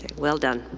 well done.